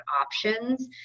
options